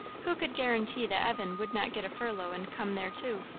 who could guarantee that evan would not get a furlough and come there too?